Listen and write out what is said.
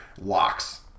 locks